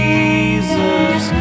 Jesus